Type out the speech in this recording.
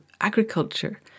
agriculture